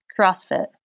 CrossFit